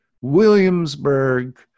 Williamsburg